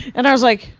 and i was like,